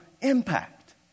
impact